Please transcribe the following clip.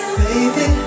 baby